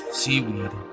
seaweed